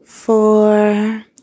four